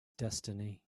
destiny